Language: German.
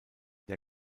der